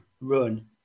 run